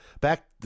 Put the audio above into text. back